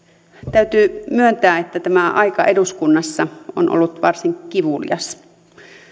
täytyy myöntää että tämä aika eduskunnassa on ollut varsin kivulias